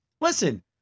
Listen